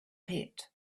pit